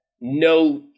no—